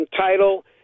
title